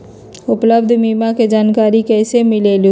उपलब्ध बीमा के जानकारी कैसे मिलेलु?